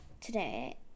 today